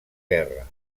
guerra